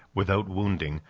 without wounding,